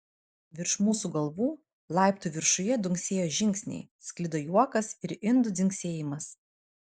virš mūsų galvų laiptų viršuje dunksėjo žingsniai sklido juokas ir indų dzingsėjimas